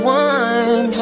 one